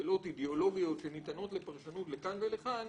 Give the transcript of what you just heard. לשאלות אידיאולוגיות שניתנות לפרשנות לכאן ולכאן,